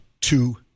two